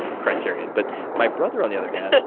and criterion. but my brother, on the other hand,